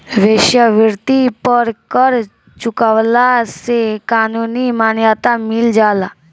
वेश्यावृत्ति पर कर चुकवला से कानूनी मान्यता मिल जाला